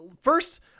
First